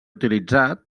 utilitzats